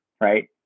Right